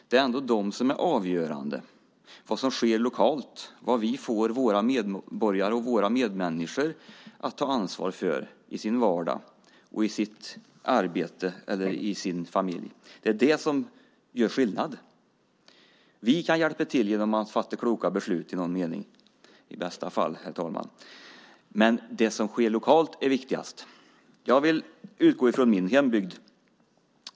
Det är ändå vad som sker lokalt som är avgörande. Vad vi får våra medborgare och våra medmänniskor att ta ansvar för i sin vardag och i sitt arbete eller i sin familj är det som gör skillnad. Vi kan i bästa fall hjälpa till genom att fatta kloka beslut, herr talman, men det som sker lokalt är viktigast. Jag vill utgå från min hembygd.